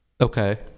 okay